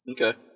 Okay